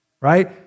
Right